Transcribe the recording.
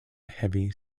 heavy